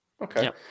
Okay